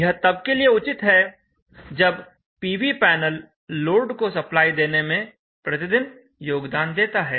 यह तब के लिए उचित है जब पीवी पैनल लोड को सप्लाई देने में प्रतिदिन योगदान देता है